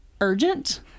urgent